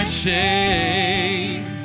shame